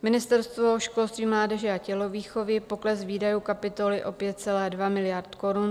Ministerstvo školství mládeže a tělovýchovy pokles výdajů kapitoly o 5,2 miliardy korun.